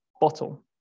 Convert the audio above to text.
bottle